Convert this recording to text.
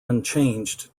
unchanged